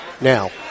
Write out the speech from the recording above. Now